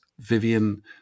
Vivian